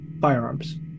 firearms